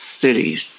cities